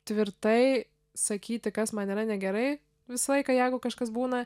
tvirtai sakyti kas man yra negerai visą laiką jeigu kažkas būna